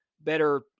better